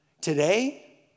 Today